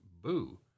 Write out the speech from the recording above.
boo